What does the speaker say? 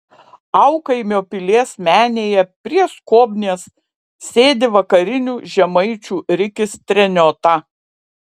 aukaimio pilies menėje prie skobnies sėdi vakarinių žemaičių rikis treniota